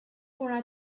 wanna